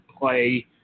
play